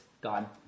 gone